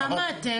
כמה אתם?